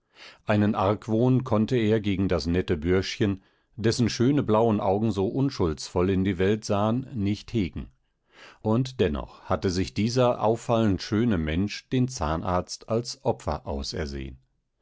einen argwohn konnte er gegen das nette bürschchen dessen schöne blaue augen so unschuldsvoll in die welt sahen nicht hegen und dennoch hatte sich dieser auffallend schöne mensch den zahnarzt als opfer ausersehen